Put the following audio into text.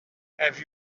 have